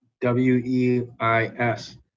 W-E-I-S